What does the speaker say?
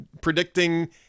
predicting